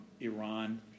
Iran